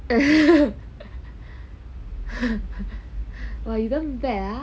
!wah! you damn bad ah